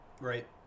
Right